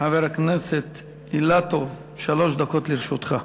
חבר הכנסת אילטוב, שלוש דקות לרשותך.